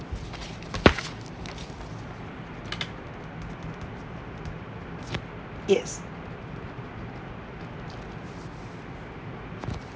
yes